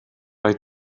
mae